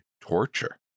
torture